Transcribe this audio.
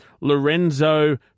Lorenzo